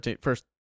first